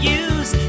use